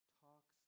talks